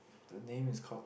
the name is call